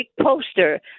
poster